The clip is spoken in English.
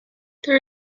there